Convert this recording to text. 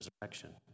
resurrection